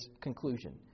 conclusion